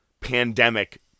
pandemic